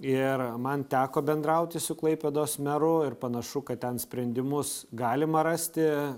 ir man teko bendrauti su klaipėdos meru ir panašu kad ten sprendimus galima rasti